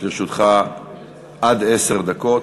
יש לרשותך עד עשר דקות.